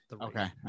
Okay